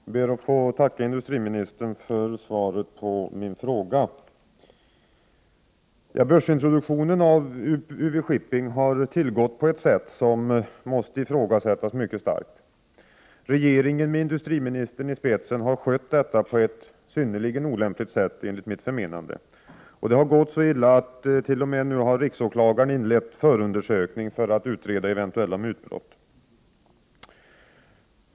Herr talman! Jag ber att få tacka industriministern för svaret på min fråga. Börsintroduktionen av UV-Shipping har tillgått på ett sätt som måste ifrågasättas mycket starkt. Regeringen med industriministern i spetsen har skött detta på ett synnerligen olämpligt sätt, enligt mitt förmenande. Det har gått så illa att t.o.m. riksåklagaren nu har inlett förundersökning för att utreda eventuella mutbrott.